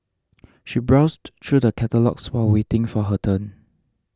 she browsed through the catalogues while waiting for her turn